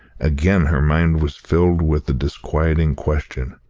again her mind was filled with the disquieting question,